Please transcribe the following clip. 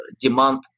demand